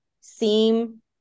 seem